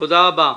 תודה רבה.